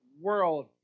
world